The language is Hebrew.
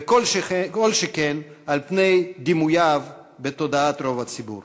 וכל שכן על פני דימוייו בתודעת רוב הציבור.